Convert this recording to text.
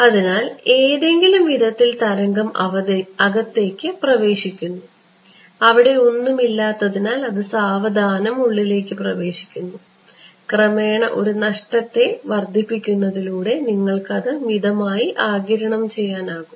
അതിനാൽ ഏതെങ്കിലും വിധത്തിൽ തരംഗം അകത്തേക്ക് പ്രവേശിക്കുന്നു അവിടെ ഒന്നും ഇല്ലാത്തതിനാൽ അത് സാവധാനം ഉള്ളിലേക്ക് പ്രവേശിക്കുന്നു ക്രമേണ ഒരു നഷ്ട ഘടകത്തെ വർദ്ധിപ്പിക്കുന്നതിലൂടെ നിങ്ങൾക്ക് അത് മിതമായി ആഗിരണം ചെയ്യാൻ കഴിയും